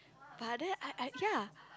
but then I I ya